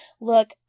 look